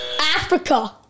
Africa